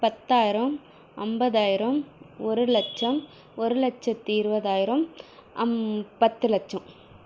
பத்தாயிரம் ஐம்பதாயிரம் ஒரு லட்சம் ஒரு லட்சத்தி இருபதாயிரம் பத்து லட்சம்